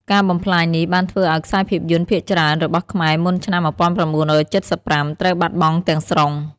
ការបំផ្លាញនេះបានធ្វើឲ្យខ្សែភាពយន្តភាគច្រើនរបស់ខ្មែរមុនឆ្នាំ ១៩៧៥ ត្រូវបាត់បង់ទាំងស្រុង។